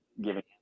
giving